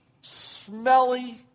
smelly